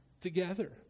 together